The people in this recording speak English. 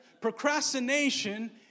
procrastination